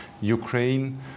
Ukraine